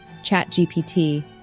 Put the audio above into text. ChatGPT